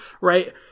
right